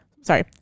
Sorry